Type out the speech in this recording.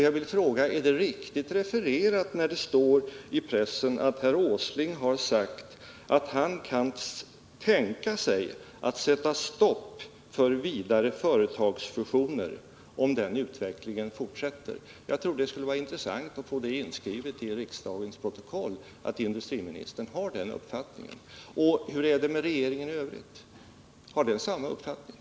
Jag vill fråga: Är det riktigt refererat i pressen, där det står att herr Åsling har sagt att han kan tänka sig att sätta stopp för vidare företagsfusioner, om den utvecklingen fortsätter? Jag tror det skulle vara intressant att få inskrivet i-riksdagens protokoll att industriministern har den uppfattningen. Och hur är det med regeringen i övrigt? Har den samma uppfattning?